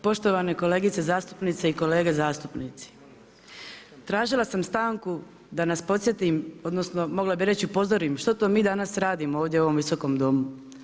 Poštovane kolegice zastupnice i kolege zastupnici, tražila sam stanku da nas podsjetim, odnosno mogla bih reći upozorim što to mi danas radimo ovdje u ovom Visokom domu.